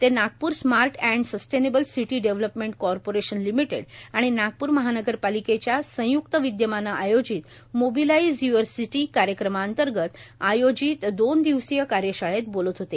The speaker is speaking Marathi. ते Nagpur smart and sustainable city development corporation limited आणि नागपूर महानगरपालिकेच्या संयुक्त विद्यमानं आयोजित मोबलाईज युवर सिटी कार्यक्रमाअंतर्गत आयोजित दोन दिवसीय कार्यशाळेत बोलत होते